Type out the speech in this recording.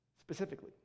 specifically